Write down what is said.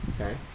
okay